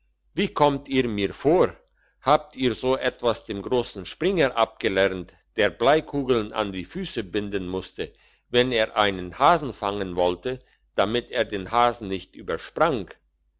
wie kommt ihr mir vor habt ihr so etwas dem grossen springer abgelernt der bleikugeln an die füsse binden musste wenn er einen hasen fangen wollte damit er den hasen nicht